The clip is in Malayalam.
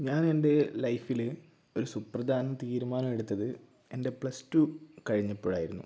ഞാൻ എൻ്റെ ലൈഫില് ഒരു സുപ്രധാന തീരുമാനം എടുത്തത് എൻ്റെ പ്ലസ് ടൂ കഴിഞ്ഞപ്പഴായിരുന്നു